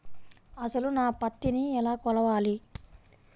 అసలు నా పత్తిని ఎలా కొలవాలి?